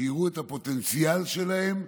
שיראו את הפוטנציאל שלהם,